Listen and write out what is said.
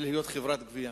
מלהיות חברת גבייה.